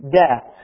death